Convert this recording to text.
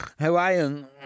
Hawaiian